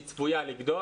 היא צפויה לגדול.